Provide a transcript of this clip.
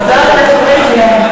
חבר הכנסת ריבלין.